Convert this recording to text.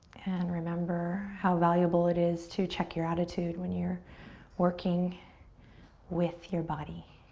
and remember how valuable it is to check your attitude when you're working with your body.